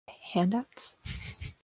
handouts